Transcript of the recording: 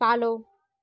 follow